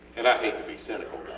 and i hate to be cynical